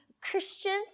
Christians